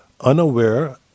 unaware